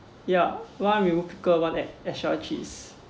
ya one remove pickle one add extra cheese